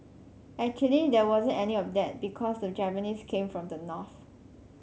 actually there wasn't any of that because the Japanese came from the north